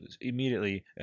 immediately